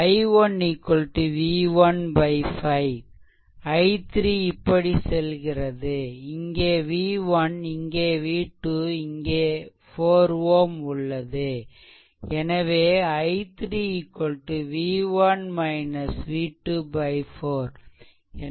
i1 V15 i3 இப்படி செல்கிறது இங்கே V1 இங்கே V2 இங்கே 4 Ω உள்ளது எனவே i3 v1 v2 4